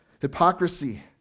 Hypocrisy